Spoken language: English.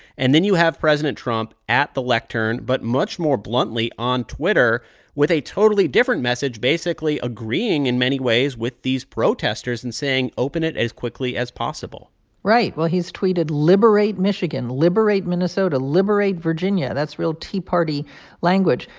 and then you have president trump at the lectern but much more bluntly on twitter with a totally different message basically agreeing in many ways with these protesters and saying, open it as quickly as possible right. well, he's tweeted, liberate michigan. liberate minnesota. liberate virginia. that's real tea party language,